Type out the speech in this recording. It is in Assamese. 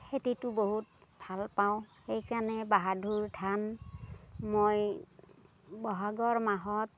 খেতিটো বহুত ভালপাওঁ সেই কাৰণে বাহাদুৰ ধান মই বহাগৰ মাহত